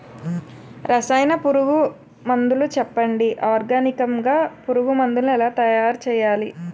రసాయన పురుగు మందులు చెప్పండి? ఆర్గనికంగ పురుగు మందులను ఎలా తయారు చేయాలి?